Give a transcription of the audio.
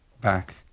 back